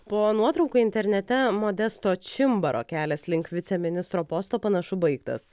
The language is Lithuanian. po nuotrauka internete modesto čimbaro kelias link viceministro posto panašu baigtas